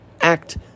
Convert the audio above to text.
act